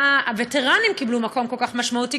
הווטרנים קיבלו מקום כל כך משמעותי,